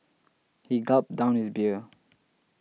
he gulped down his beer